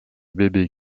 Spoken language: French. bébé